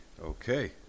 Okay